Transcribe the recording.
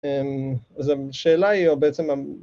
‫אז השאלה היא, או בעצם...